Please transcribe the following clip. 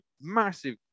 massive